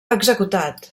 executat